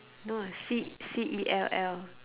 no ah C C E L L